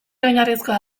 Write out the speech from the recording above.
oinarrizkoa